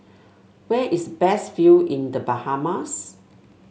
where is best view in The Bahamas